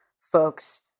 folks